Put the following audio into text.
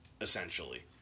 essentially